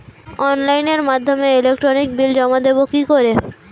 অনলাইনের মাধ্যমে electric bill জমা দেবো কি করে?